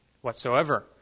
whatsoever